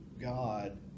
God